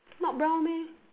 not brown meh